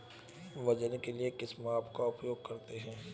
वजन के लिए किस माप का उपयोग करते हैं?